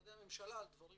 ממשרדי הממשלה על דברים